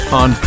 on